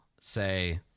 say